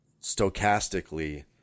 stochastically